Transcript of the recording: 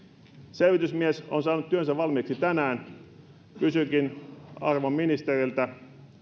selvitysmies on saanut työnsä valmiiksi tänään kysynkin arvon ministeriltä